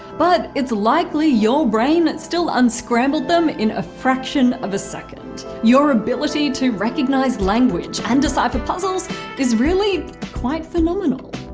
but it's likely your brain still unscrambled them in a fraction of a second. your ability to recognise language and decipher puzzles is really quite phenomenal.